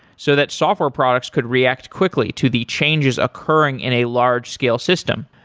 so that software products could react quickly to the changes occurring in a large scale system.